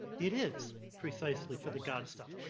it is precisely for the god stuff.